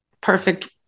perfect